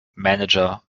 manager